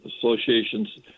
associations